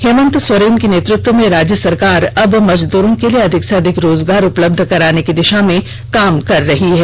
हेमंत सोरेंन के नेतृत्व में राज्य सरकार अब मजदूरो के लिये अधिक से अधिक रोजगार उपलब्ध कराने की दिशा में काम कर रही है